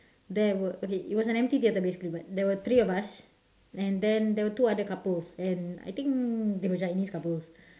there were okay it was an empty theater basically but there were three of us and then there were two other couples and I think they were chinese couples